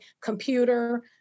computer